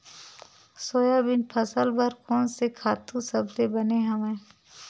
Soybean फसल बर कोन से खातु सबले बने हवय?